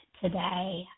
today